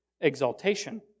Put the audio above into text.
exaltation